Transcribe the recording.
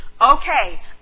okay